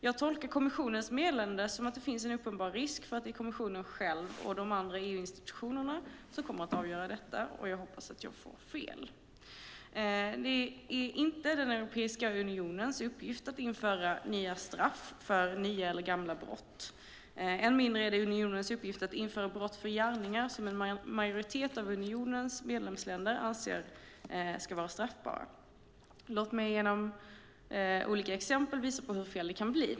Jag tolkar kommissionens meddelande som att det finns en uppenbar risk för att det är kommissionen själv och de andra EU-institutionerna som kommer att avgöra detta. Jag hoppas att jag får fel. Det är inte Europeiska unionens uppgift att införa nya straff för nya eller gamla brott. Än mindre är det unionens uppgift att införa straff för gärningar som en majoritet av unionens medlemsländer anser ska vara straffbara. Låt mig genom olika exempel visa på hur fel det kan bli.